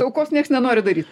aukos nieks nenori daryt